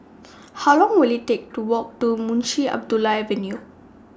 How Long Will IT Take to Walk to Munshi Abdullah Avenue